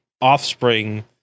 offspring